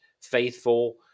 faithful